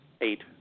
eight